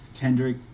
Kendrick